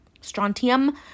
strontium